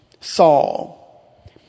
Saul